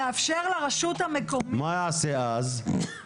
מה הוא יעשה אז?